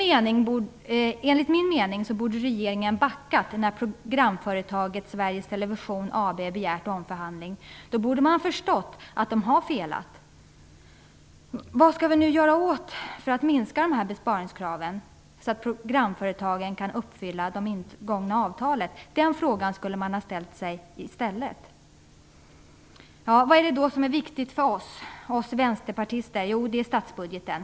Enligt min mening borde regeringen ha backat när programföretaget Sveriges Television AB begärde omförhandling. Då borde man ha förstått att det har felat. Vad skall vi göra för att minska besparingskraven så att programföretagen kan fullfölja de ingångna avtalen? Den frågan borde man ha ställt sig i stället. Vad är det som är viktigt för oss vänsterpartister? Jo, det är statsbudgeten.